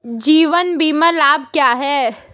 जीवन बीमा लाभ क्या हैं?